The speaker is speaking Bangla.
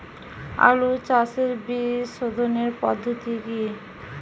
আলু চাষের বীজ সোধনের পদ্ধতি কি?